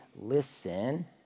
listen